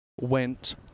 went